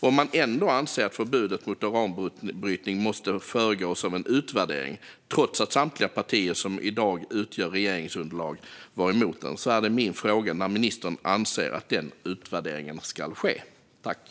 Om man ändå anser att förbudet mot uranbrytning måste föregås av en utvärdering, trots att samtliga partier som i dag utgör regeringsunderlaget var emot detta, är min fråga: När ska denna utvärdering ske, anser ministern?